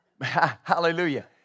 hallelujah